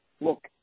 look